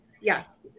Yes